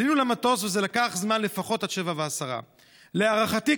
עלינו למטוס וזה לקח זמן לפחות עד 19:10. להערכתי,